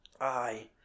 Aye